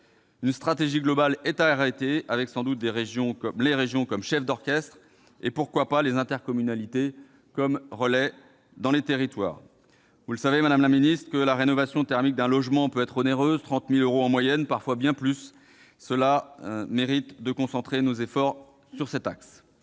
Une stratégie globale est à arrêter, avec sans doute les régions comme chefs d'orchestre et- pourquoi pas ?-les intercommunalités comme relais dans les territoires. Vous le savez, madame la secrétaire d'État, la rénovation thermique d'un logement peut être onéreuse- elle coûte 30 000 euros en moyenne, et parfois bien plus. Cela mérite de concentrer nos efforts sur cet axe.